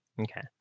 Okay